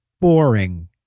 boring